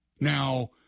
Now